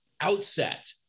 outset